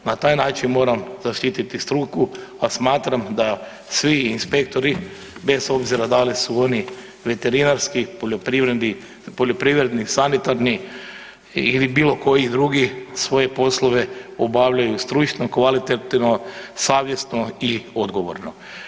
Na taj način moram zaštiti struku, a smatram da svi inspektori bez obzira da li su oni veterinarski, poljoprivredni, sanitarni ili bilo koji drugi svoje poslove obavljaju stručno, kvalitetno, savjesno i odgovorno.